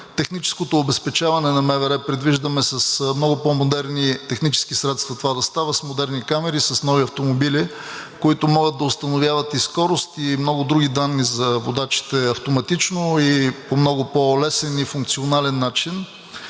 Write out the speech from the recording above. Техническото обезпечаване на МВР предвиждаме с много по-модерни технически средства това да става – с модерни камери, с нови автомобили, които могат да установяват и скорост и много други данни за водачите автоматично и по много по-лесен и функционален начин.